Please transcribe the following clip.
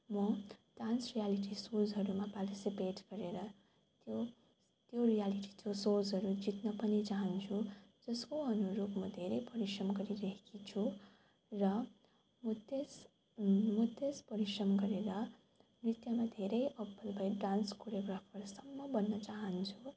म dance reality सोजहरूमा participate गरेर त्यो त्यो रियलिटी त्यो सोजहरू जित्न पनि चाहन्छु जसको अनुरूप म धेरै परिश्रम गरिरहेकी छु र म त्यस म त्यस परिश्रम गरेर नृत्यमा धेरै अब्बल डान्स कोरियोग्राफरसम्म बन्न चाहन्छु